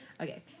Okay